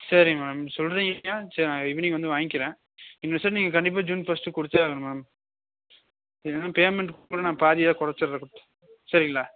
சரி மேடம் சொல்கிறீங்களா சரி நான் ஈவினிங் வந்து வாங்கிக்கிறேன் இந்த செட் நீங்கள் கண்டிப்பாக ஜூன் ஃபஸ்ட் கொடுத்தே ஆகணும் மேம் இல்லைன்னா பேமெண்ட் கூட நான் பாதியாக குறைச்சிட்றேன் சரிங்களா